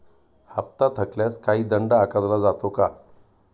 हप्ता थकल्यास काही दंड आकारला जातो का?